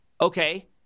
okay